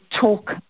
talk